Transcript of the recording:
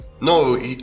No